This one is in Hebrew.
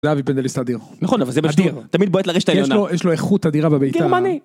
זהבי פנדליסט אדיר, אדיר, תמיד בועט לרשת העליונה, יש לו איכות אדירה בבעיטה, כי הוא גרמני.